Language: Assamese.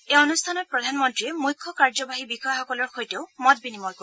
এই অনুষ্ঠানত প্ৰধানমন্ত্ৰীয়ে মুখ্য কাৰ্যবাহী বিষয়াসকলৰ সৈতেও মত বিনিময় কৰিব